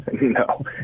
No